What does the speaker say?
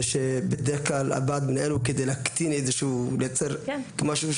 שבדרך כלל הוועד המנהל הוא כדי לייצר --- פורום.